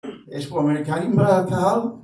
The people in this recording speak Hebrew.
יש פה אמריקאים, בקהל?